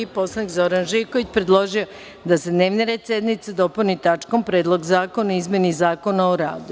Poslanik Zoran Živković predložio je da se dnevni red sednice dopuni tačkom – Predlog zakona o izmeni Zakona o radu.